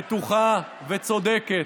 בטוחה וצודקת,